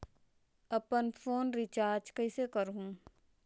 अपन phone recharge कइसे करहु?